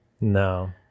no